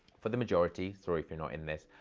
for the majority, sorry if you're not in this,